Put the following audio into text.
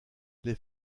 les